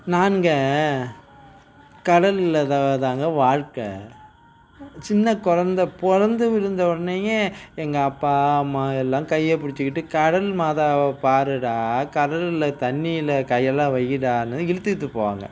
நாங்கள் கடல்ல தாங்க வாழ்க்கை சின்ன குழந்த பிறந்து விழுந்த உடனேயே எங்கள் அப்பா அம்மா எல்லாம் கையை பிடிச்சுக்கிட்டு கடல் மாதாவை பாருடா கடல்ல தண்ணியில் கையெல்லாம் வையிடான்னு இழுத்துட்டு போவாங்கள்